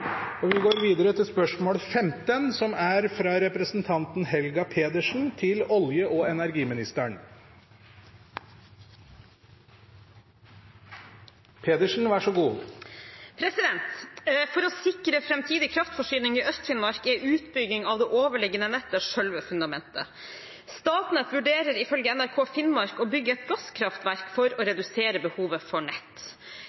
og lavutslippsutvikling. Dette er et klimapolitisk tiltak, og da må klimamålene være sentrale. «For å sikre framtidig kraftforsyning i Øst-Finnmark er utbygging av det overliggende nettet selve fundamentet. Statnett vurderer ifølge NRK Finnmark å bygge et gasskraftverk for å